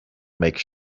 makes